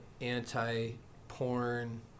anti-porn